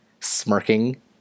smirking